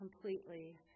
completely